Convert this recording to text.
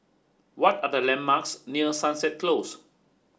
what are the landmarks near Sunset Close